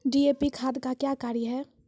DAP खाद का क्या कार्य हैं?